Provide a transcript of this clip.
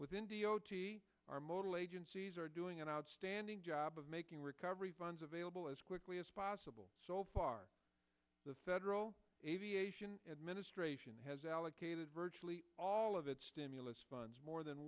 within d o t our motor lady are doing an outstanding job of making recovery funds available as quickly as possible so far the federal aviation administration has allocated virtually all of its stimulus funds more than